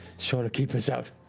sort of keep us out.